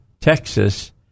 Texas